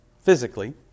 physically